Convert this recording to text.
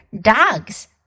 Dogs